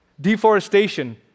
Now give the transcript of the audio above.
Deforestation